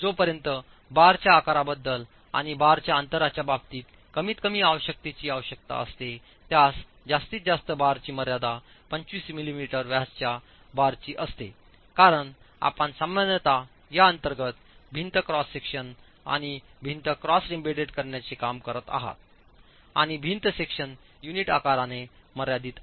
जोपर्यंत बारच्या आकाराबद्दल आणि बारच्या अंतराच्या बाबतीत कमीतकमी आवश्यकतेची आवश्यकता असते त्यास जास्तीत जास्त बारची मर्यादा 25 मिमी व्यासाच्या बारची असते कारण आपण सामान्यत या अंतर्गत भिंत क्रॉस सेक्शन आणि भिंत क्रॉस एम्बेड करण्याचे काम करत आहात आणि भिंत सेक्शन युनिट आकाराने मर्यादित आहेत